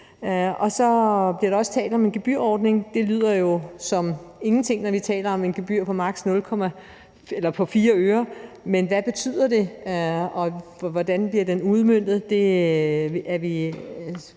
Så bliver der også talt om en gebyrordning. Det lyder jo som ingenting, når vi taler om et gebyr på 4 øre, men hvad betyder det, og hvordan bliver det udmøntet?